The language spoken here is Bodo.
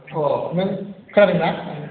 अ नोंथां दखानिना